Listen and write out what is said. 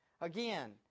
Again